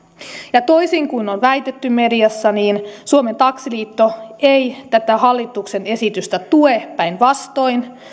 ja toisin kuin on väitetty mediassa niin suomen taksiliitto ei tätä hallituksen esitystä tue päinvastoin